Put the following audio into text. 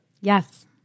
Yes